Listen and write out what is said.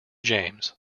james